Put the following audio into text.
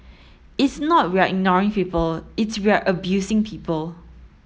it's not we're ignoring people it's we're abusing people